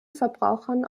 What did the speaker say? verbrauchern